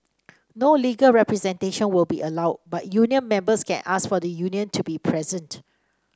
no legal representation will be allowed but union members can ask for the union to be present